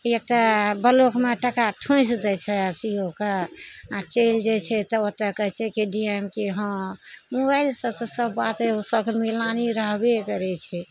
एक तऽ ब्लॉकमे टाका ठूसि दै छै सी ओ के आओर चलि जाइ छै तऽ ओतऽ कहय छै कि डी एम कि हँ मोबाइलसँ तऽ सब बात सबके मिलानी रहबे करय छै